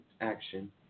action